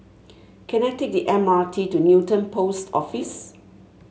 can I take the M R T to Newton Post Office